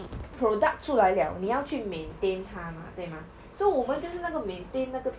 product 出来 liao 你要去 maintain 它吗对吗 so 我们就是那个 maintain 那个